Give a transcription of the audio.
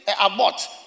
abort